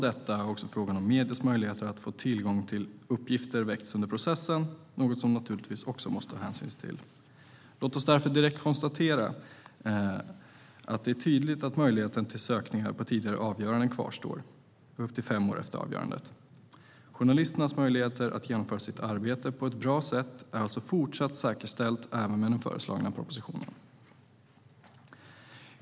Därtill kommer mediernas möjligheter att få tillgång till uppgifter som väckts under processen, något som man också naturligtvis måste ta hänsyn till. Låt oss därför direkt konstatera att det är tydligt att möjligheterna till sökningar på tidigare avgöranden kvarstår med upp till fem år efter avgörandet. Journalisternas möjligheter att genomföra sitt arbete på ett bra sätt är alltså fortsatt säkerställda även med den föreslagna propositionen.